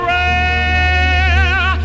rare